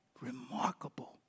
remarkable